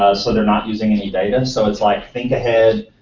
ah so, they're not using any data. so, it's like think ahead.